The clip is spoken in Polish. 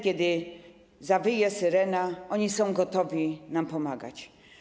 Kiedy zawyje syrena, oni są gotowi nam pomagać.